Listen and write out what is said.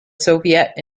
soviet